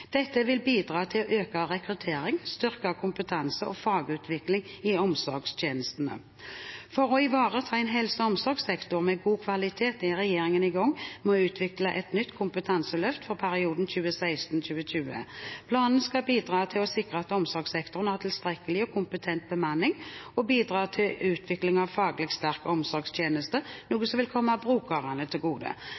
Dette vil bidra til å øke rekruttering, styrke kompetanse og fagutvikling i omsorgstjenestene. For å ivareta en helse- og omsorgssektor med god kvalitet er regjeringen i gang med å utvikle et nytt kompetanseløft for perioden 2016–2020. Planen skal bidra til å sikre at omsorgssektoren har tilstrekkelig og kompetent bemanning og bidra til utvikling av en faglig sterk omsorgstjeneste, noe